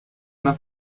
nach